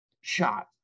shot